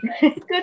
good